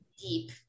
deep